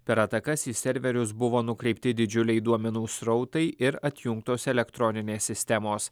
per atakas į serverius buvo nukreipti didžiuliai duomenų srautai ir atjungtos elektroninės sistemos